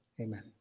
Amen